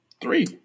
Three